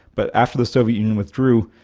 but after the soviet union withdrew,